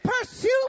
pursue